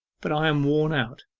but i am worn out